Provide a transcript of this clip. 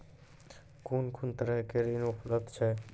कून कून तरहक ऋण उपलब्ध छै?